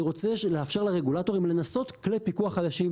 אני רוצה לאפשר לרגולטורים לנסות כלי פיקוח חדשנות.